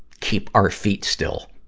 keep our feet still.